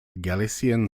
galician